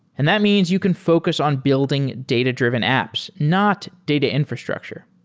and that means you can focus on building data-driven apps, not data infrastructure.